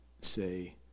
say